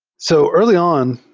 so early on,